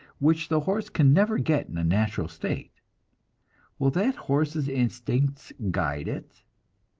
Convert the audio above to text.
which the horse can never get in a natural state will that horse's instincts guide it?